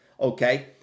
okay